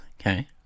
Okay